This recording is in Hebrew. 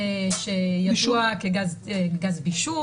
זה גז ידוע כגז בישול,